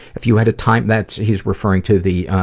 if you had a time that's he's referring to the, ah,